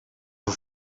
een